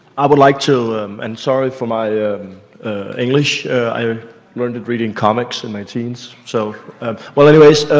i would like to and sorry for my english i learned it reading comics in my teens. so well anyways,